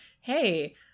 hey